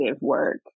work